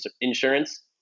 insurance